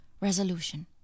resolution